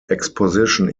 exposition